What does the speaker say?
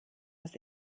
aus